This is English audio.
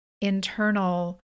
internal